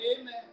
Amen